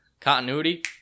continuity